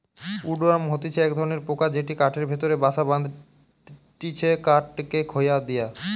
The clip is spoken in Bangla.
উড ওয়ার্ম হতিছে এক ধরণের পোকা যেটি কাঠের ভেতরে বাসা বাঁধটিছে কাঠকে খইয়ে দিয়া